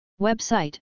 Website